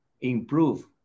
improve